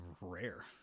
rare